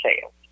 sales